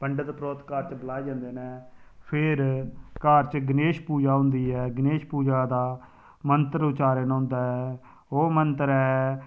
पंडत परोह्त घर च बलाए जंदे न फिर घर च गणेश पूजा होंदी ऐ गणेश पूजा दा मंत्र उच्चारण होंदा ऐ ओह् मंत्र ऐ